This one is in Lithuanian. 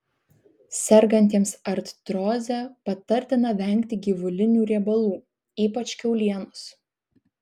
sergantiems artroze patartina vengti gyvulinių riebalų ypač kiaulienos